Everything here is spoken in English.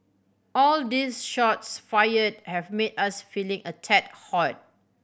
all these shots fired have made us feeling a tad hot